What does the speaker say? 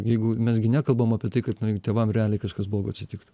jeigu mes gi nekalbam apie tai kad tėvam realiai kažkas blogo atsitiktų